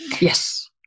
Yes